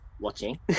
watching (